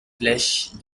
flèches